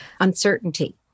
uncertainty